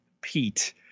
Pete